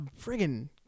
friggin